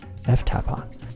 ftapon